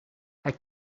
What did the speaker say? hij